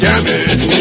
Damage